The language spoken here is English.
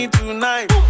tonight